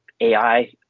ai